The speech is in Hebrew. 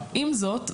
עם זאת,